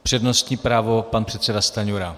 Přednostní právo pan předseda Stanjura.